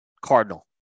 Cardinal